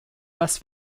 was